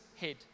head